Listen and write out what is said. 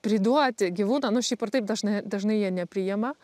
priduoti gyvūną nu šiaip ar taip dažnai dažnai jie nepriima